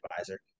advisor